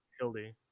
Hildy